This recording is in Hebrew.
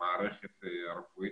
העמותות האחרות,